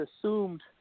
assumed